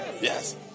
Yes